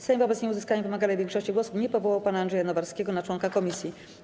Sejm wobec nieuzyskania wymaganej większości głosów nie powołał pana Andrzeja Nowarskiego na członka komisji.